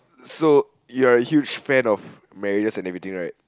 so you're a huge fan of Marriest and everything right